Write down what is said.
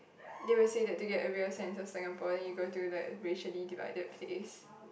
they will say that to get a real sense of Singapore then you go to the racially divided place